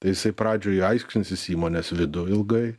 tai jisai pradžioj aiškinsis įmonės viduj ilgai